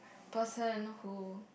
person who